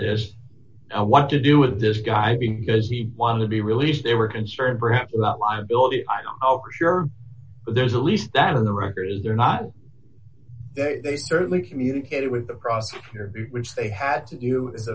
this what to do with this guy because he wanted to be released they were concerned perhaps about liability on our sure there's at least that on the record is there not they they certainly communicated with the prosecutor which they had to you i